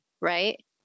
right